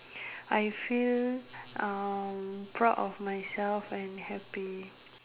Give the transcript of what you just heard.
I feel uh proud of myself and happy